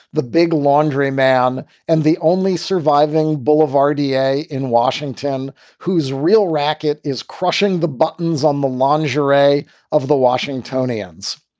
the big laundry man and the only surviving boulevard d a. in washington whose real racket is crushing the buttons on the longe array of the washingtonians.